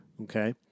Okay